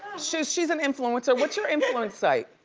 she's she's an influencer. what's your influence site?